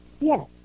Yes